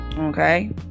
okay